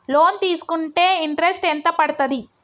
Loan తీస్కుంటే interest ఎంత పడ్తది?